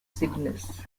cygnus